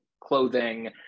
clothing